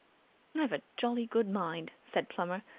i've a jolly good mind, said plummer,